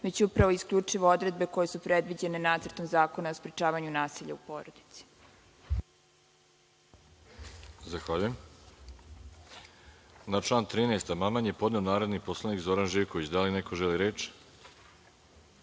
već isključivo odredbe koje su predviđene Nacrtom zakona o sprečavanju nasilja u porodici. **Veroljub Arsić** Zahvaljujem. Na član 13. amandman je podneo narodni poslanik Zoran Živković. Da li neko želi reč?